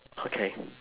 okay